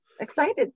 excited